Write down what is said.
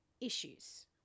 issues